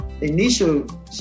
initial